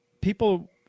people